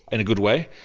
in a good way,